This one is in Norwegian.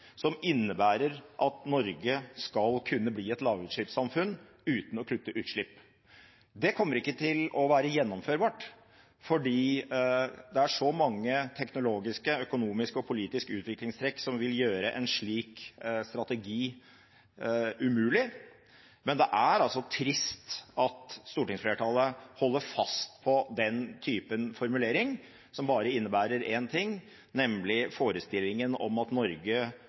som innebærer at Norge skal kunne bli et lavutslippssamfunn uten å kutte utslipp. Det kommer ikke til å være gjennomførbart, fordi det er så mange teknologiske, økonomiske og politiske utviklingstrekk som vil gjøre en slik strategi umulig, men det er trist at stortingsflertallet holder fast på den typen formulering som bare innebærer én ting, nemlig forestillingen om at Norge